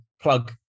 plug